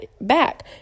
back